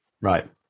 Right